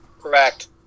Correct